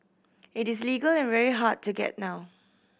it is illegal and very hard to get now